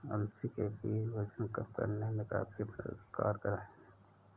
अलसी के बीज वजन कम करने में काफी कारगर है